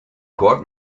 court